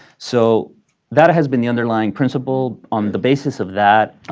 so that has been the underlying principle. on the basis of that,